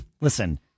listen